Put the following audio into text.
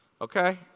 okay